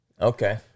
Okay